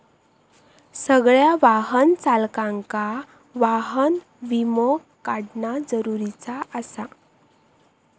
सगळ्या वाहन चालकांका वाहन विमो काढणा जरुरीचा आसा